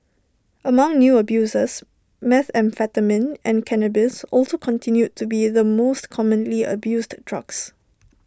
among new abusers methamphetamine and cannabis also continued to be the most commonly abused drugs